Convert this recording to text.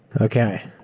Okay